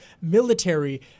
military